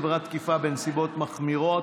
עבירת תקיפה בנסיבות מחמירות